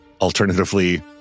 Alternatively